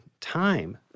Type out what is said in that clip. time